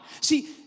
See